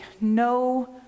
no